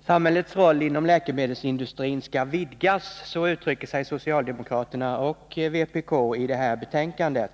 Herr talman! ”Samhällets roll inom läkemedelsindustrin skall vidgas!” Så uttrycker sig socialdemokraterna och vpk i det här betänkandet.